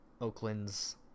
oakland's